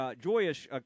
joyous